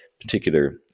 particular